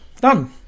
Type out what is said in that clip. done